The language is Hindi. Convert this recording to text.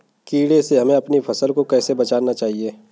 कीड़े से हमें अपनी फसल को कैसे बचाना चाहिए?